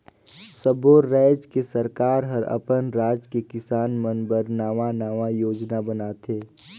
सब्बो रायज के सरकार हर अपन राज के किसान मन बर नांवा नांवा योजना बनाथे